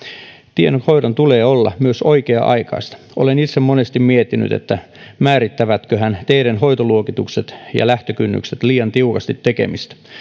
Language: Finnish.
tienhoidon tulee olla myös oikea aikaista olen itse monesti miettinyt että määrittävätköhän teiden hoitoluokitukset ja lähtökynnykset liian tiukasti tekemistä